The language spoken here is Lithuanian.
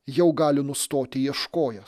jau gali nustoti ieškojęs